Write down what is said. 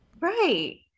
Right